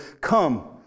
Come